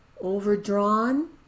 overdrawn